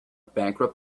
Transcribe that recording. bankrupt